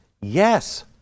Yes